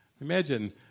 Imagine